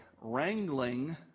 wrangling